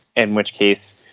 in which case